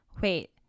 Wait